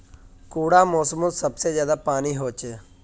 कुंडा मोसमोत सबसे ज्यादा पानी होचे?